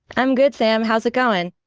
i'm good, sam. how's it going?